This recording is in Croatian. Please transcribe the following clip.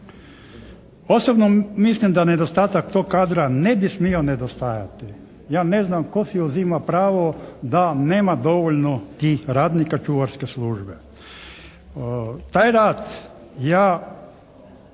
Osobno mislim da nedostatak tog kadra ne bi smio nedostajati. Ja ne znam tko si uzima za pravo da nema dovoljno radnika tih čuvarske službe. Taj rad ja